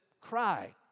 cry